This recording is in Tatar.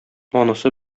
анысы